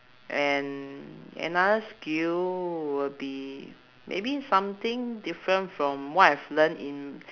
and another skill would be maybe something different from what I've learn in